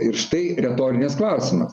ir štai retorinis klausimas